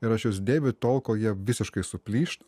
ir aš juos dėviu tol kol jie visiškai suplyšta